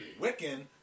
Wiccan